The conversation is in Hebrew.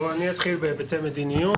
אתחיל בהיבטי מדיניות,